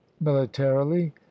militarily